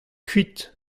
kuit